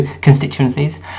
constituencies